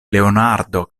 leonardo